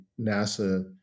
nasa